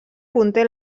conté